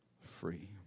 free